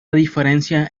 diferencia